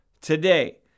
Today